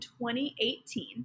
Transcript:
2018